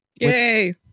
Yay